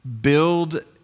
build